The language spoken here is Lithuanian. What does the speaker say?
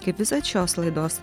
kaip visad šios laidos